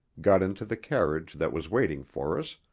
got into the carriage that was waiting for us,